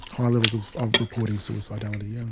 high levels of of reporting suicidality, yes.